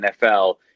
NFL